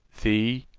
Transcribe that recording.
the